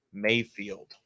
mayfield